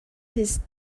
his